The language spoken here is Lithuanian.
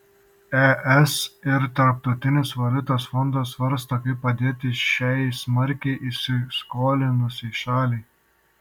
es ir tarptautinis valiutos fondas svarsto kaip padėti šiai smarkiai įsiskolinusiai šaliai